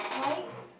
why